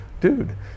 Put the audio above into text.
Dude